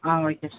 ah okay sir